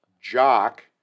jock